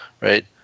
right